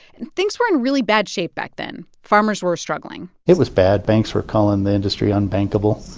and things were in really bad shape back then. farmers were struggling it was bad. banks were calling the industry unbankable.